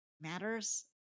matters